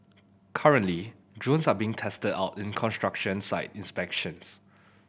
currently drones are being tested out in construction site inspections